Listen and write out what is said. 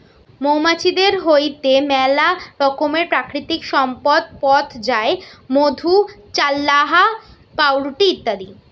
মৌমাছিদের হইতে মেলা রকমের প্রাকৃতিক সম্পদ পথ যায় মধু, চাল্লাহ, পাউরুটি ইত্যাদি